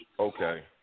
Okay